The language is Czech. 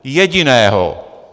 Jediného.